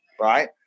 right